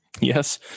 Yes